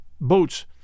boats